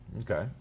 Okay